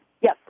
Yes